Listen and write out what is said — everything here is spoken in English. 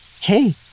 Hey